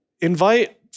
invite